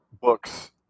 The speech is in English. books